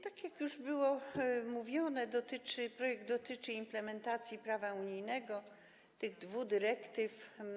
Tak jak już było mówione, projekt dotyczy implementacji prawa unijnego, tych dwu dyrektyw.